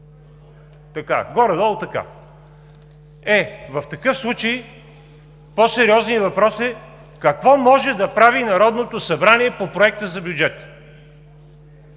Горе-долу, така. Е, в такъв случай по-сериозният въпрос е: какво може да прави Народното събрание по проекта за бюджет?